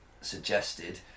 suggested